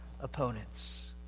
opponents